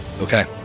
Okay